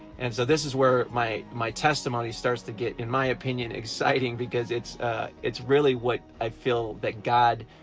and so this is where my my testimony starts to get, in my opinion, exciting! because it's it's really what i feel that god